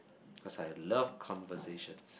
cause I love conversations